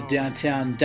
Downtown